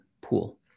pool